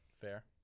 Fair